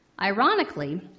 Ironically